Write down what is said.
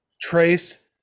Trace